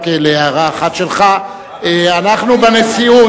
רק להערה אחת שלך: אנחנו בנשיאות,